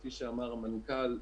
כפי שאמר המנכ"ל,